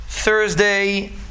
Thursday